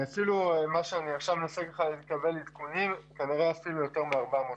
מנסה עכשיו לקבל עדכונים וכנראה מדובר ביותר מ-450.